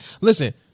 Listen